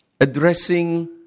addressing